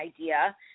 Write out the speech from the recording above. idea